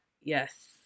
yes